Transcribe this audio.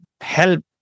help